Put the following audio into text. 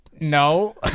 No